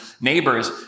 neighbors